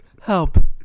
Help